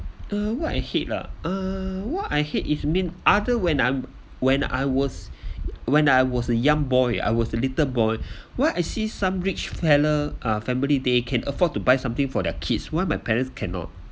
uh what I hate lah uh what I hate is mean other when I'm when I was when I was a young boy I was a little boy why I see some rich fella uh family day can afford to buy something for their kids why my parents cannot